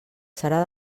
serà